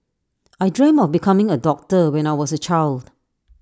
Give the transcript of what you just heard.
I dreamt of becoming A doctor when I was A child